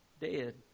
dead